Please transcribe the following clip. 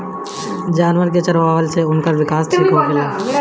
जानवर के चरवला से उनकर विकास ठीक होखेला